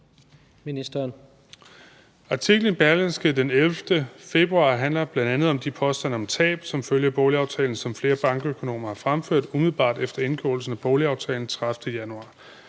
Artiklen i Berlingske fra den 11. februar 2020 handler bl.a. om de påstande om tab som følge af boligaftalen, som flere bankøkonomer har fremført umiddelbart efter indgåelsen af boligaftalen fra den 30.